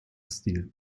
stil